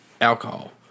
alcohol